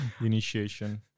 Initiation